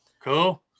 Cool